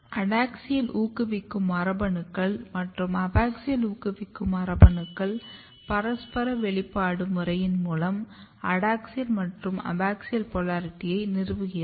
adaxial ஊக்குவிக்கும் மரபணுக்கள் மற்றும் அபாக்ஸியல் ஊக்குவிக்கும் மரபணுக்களின் பரஸ்பர வெளிப்பாடு முறையின் மூலம் அடாக்ஸியல் மற்றும் அபாக்ஸியல் போலாரிட்டியை நிறுவுகிறது